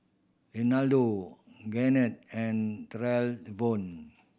Renaldo Garnett and Trayvon